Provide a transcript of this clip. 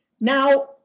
Now